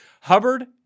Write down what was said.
Hubbard